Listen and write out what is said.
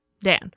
Dan